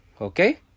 Okay